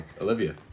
Olivia